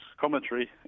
commentary